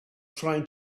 trying